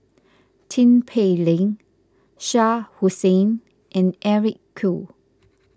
Tin Pei Ling Shah Hussain and Eric Khoo